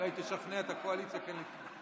ואולי תשכנע את הקואליציה כן לתמוך.